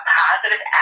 positive